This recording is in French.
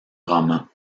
roman